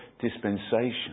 dispensation